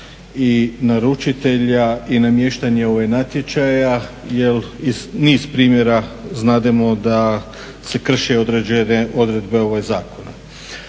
i naručitelja i namještanje natječaja jer iz niz primjera znademo da se krše određene odredbe zakona.